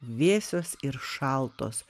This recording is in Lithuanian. vėsios ir šaltos